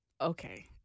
Okay